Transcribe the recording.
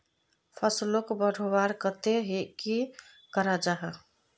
फसलोक बढ़वार केते की करा जाहा?